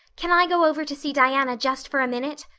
can i go over to see diana just for a minute?